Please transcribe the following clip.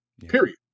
period